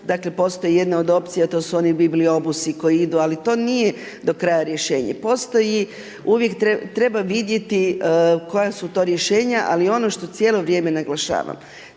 sredine, postoji jedna od opcija, to su oni bibliobusi, koji idu, ali to nije do kraja rješenje. Postoji, uvijek treba vidjeti, koja su to rješenja, ali ono što cijelo vrijeme naglašavam,